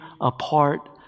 apart